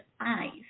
eyes